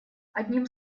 одним